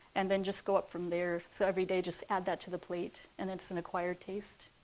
and then just go up from there. so every day, just add that to the plate, and it's an acquired taste.